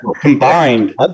combined